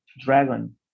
dragon